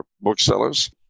booksellers